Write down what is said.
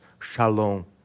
shalom